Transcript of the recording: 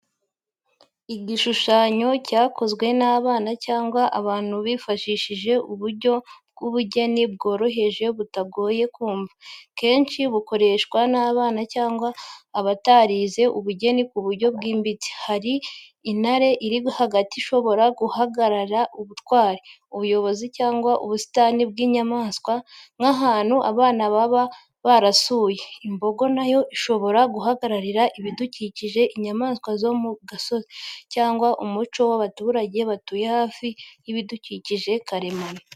Igishushanyo cyakozwe n’abana cyangwa abantu bifashishije uburyo bw'ubugeni bworoheje butagoye kumva, kenshi bukoreshwa n’abana cyangwa abatarize ubugeni ku buryo bwimbitse. Hari intare iri hagati ishobora guhagararira ubutwari, ubuyobozi, cyangwa ubusitani bw’inyamaswa nk’ahantu abana baba barasuye. Imbogo na yo ishobora guhagararira ibidukikije, inyamaswa zo mu gasozi, cyangwa umuco w’abaturage batuye hafi y’ibidukikije karemano.